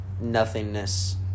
nothingness